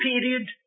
period